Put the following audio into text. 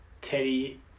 Teddy